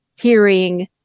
hearing